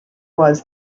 was